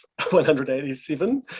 187